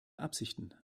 absichten